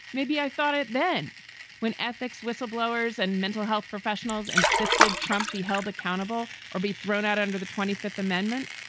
maybe i thought it then when ethics, whistleblowers and mental health professionals insisted trump be held accountable or be thrown out under the twenty fifth amendment.